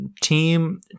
team